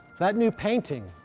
that new painting,